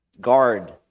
guard